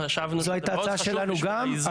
זאת הייתה ההצעה שלנו גם,